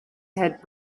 had